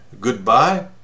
Goodbye